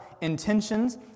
intentions